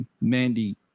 Mandy